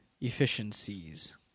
efficiencies